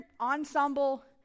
ensemble